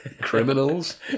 criminals